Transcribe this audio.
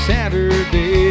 Saturday